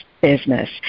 business